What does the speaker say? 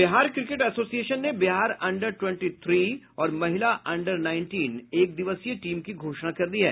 Bihar cricket association ने Bihar under twenty three और महिला अंडर नाईनटीन एकदिवसीय टीम की घोषणा कर दी है